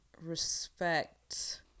respect